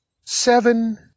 Seven